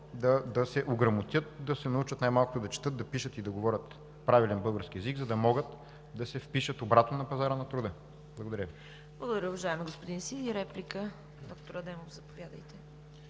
да се ограмотят, да се научат най-малкото да четат, да пишат и да говорят правилен български език, за да могат да се впишат обратно на пазара на труда. Благодаря. ПРЕДСЕДАТЕЛ ЦВЕТА КАРАЯНЧЕВА: Благодаря, уважаеми господин Сиди. Реплика? Господин Адемов, заповядайте.